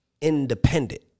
independent